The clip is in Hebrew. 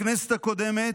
בכנסת הקודמת,